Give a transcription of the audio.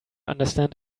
understand